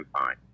fine